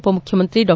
ಉಪಮುಖ್ಯಮಂತ್ರಿ ಡಾ